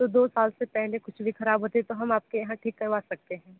तो दो साल से पहले कुछ भी ख़राब होते हैं तो हम आपके यहाँ ठीक करवा सकते हैं